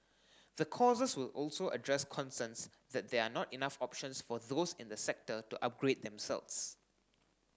the courses will also address concerns that there are not enough options for those in the sector to upgrade themselves